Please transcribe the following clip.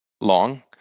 long